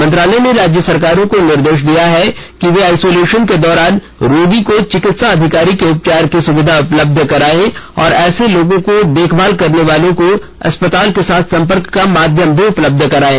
मंत्रालय ने राज्य सरकारों को निर्देष दिया है कि वे आइसोलेशन के दौरान रोगी को चिकित्सा अधिकारी के उपचार की सुविधा उपलब्ध करायें और ऐसे लोगों की देखभाल करने वालों को अस्पताल के साथ संपर्क का माध्यम भी उपलब्ध कराये